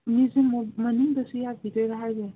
museum ꯃꯅꯨꯡꯗꯁꯨ ꯌꯥꯕꯤꯗꯣꯏꯔꯥ ꯍꯥꯏꯁꯦ